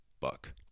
Buck